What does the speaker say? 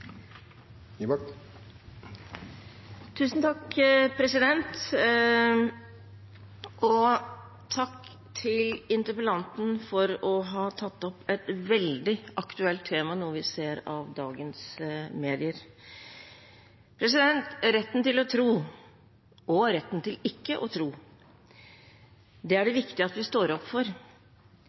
flyktet. Takk til interpellanten for å ha tatt opp et veldig aktuelt tema, noe vi ser av dagens medier. Retten til å tro og retten til ikke å tro er det viktig at vi står opp for.